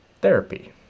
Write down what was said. therapy